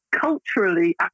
Culturally